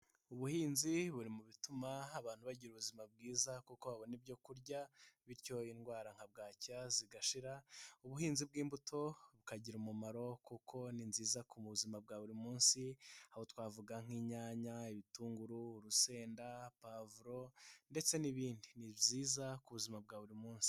Ubuhinzi buri mu bituma abantu bagira ubuzima bwiza kuko babona ibyo kurya bityo indwara nka bwacya zigashira, ubuhinzi bw'imbuto bukagira umumaro kuko ni nziza ku buzima bwa buri munsi aho twavuga nk'inyanya, ibitunguru, urusenda, pavuro ndetse n'ibindi ni byiza ku buzima bwa buri munsi.